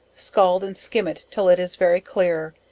scald and skim it till it is very clear,